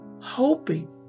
hoping